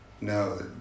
no